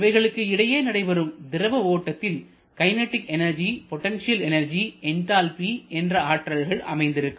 இவைகளுக்கு இடையே நடைபெறும் திரவ ஓட்டத்தில் kinetic energy potential energy enthalpy என்ற ஆற்றல்கள் அமைந்திருக்கும்